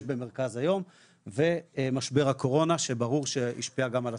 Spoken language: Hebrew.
במרכז היום ומשבר הקורונה שברור שגם השפיע.